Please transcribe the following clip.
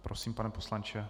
Prosím, pane poslanče.